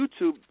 YouTube